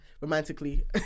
romantically